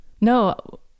No